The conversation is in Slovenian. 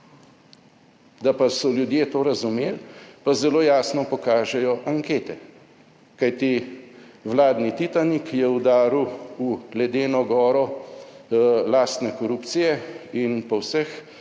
Da pa so ljudje to razumeli, pa zelo jasno pokažejo ankete, kajti vladni Titanik je udaril v ledeno goro lastne korupcije in po vseh